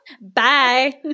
Bye